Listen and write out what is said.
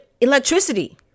electricity